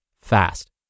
fast